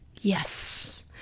Yes